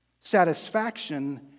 satisfaction